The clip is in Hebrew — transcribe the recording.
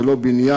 זה לא בניין,